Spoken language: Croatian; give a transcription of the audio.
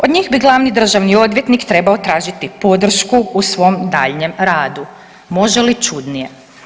Od njih bi glavni državni odvjetnik trebao tražiti podršku u svom daljnjem radu, može li čudnije.